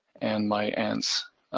and my aunts,